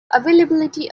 availability